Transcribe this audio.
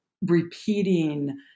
repeating